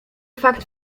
fakt